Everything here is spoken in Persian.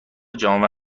جانور